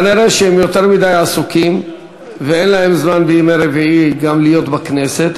כנראה הם יותר מדי עסוקים ואין להם זמן בימי רביעי גם להיות בכנסת.